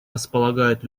располагает